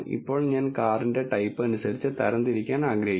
ഇപ്പോൾ ഞാൻ കാറിന്റെ ടൈപ്പ് അനുസരിച്ച് തരം തിരിക്കാൻ ആഗ്രഹിക്കുന്നു